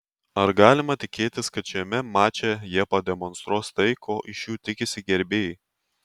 ar galima tikėtis kad šiame mače jie pademonstruos tai ko iš jų tikisi gerbėjai